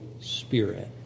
Spirit